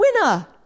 winner